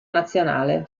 nazionale